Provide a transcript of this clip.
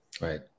Right